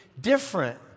different